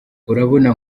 urabona